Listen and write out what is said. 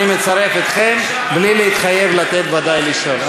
אני מצרף אתכם, בלי להתחייב לתת לשאול.